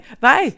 Bye